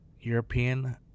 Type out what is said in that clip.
European